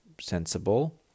sensible